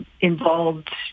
involved